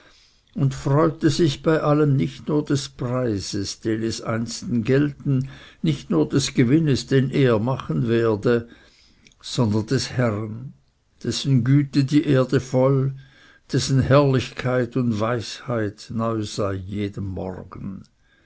und freute sich bei allem nicht nur des preises den es einsten gelten nicht nur des gewinnes den er machen werde sondern des herren dessen güte die erde voll dessen herrlichkeit und weisheit neu sei jeden morgen